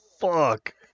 fuck